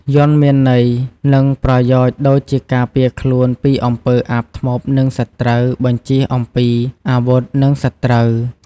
យ័ន្ត មានន័យ និងប្រយោជន៍ដូចជាការពារខ្លួនពីអំពើអាប ធ្មប់ និងសត្រូវ បញ្ជៀសអំពីអាវុធ និងសត្រូវ។